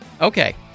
Okay